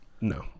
No